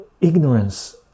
ignorance